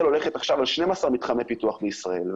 הולכת עכשיו על 12 מתחמי פיתוח בישראל,